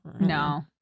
No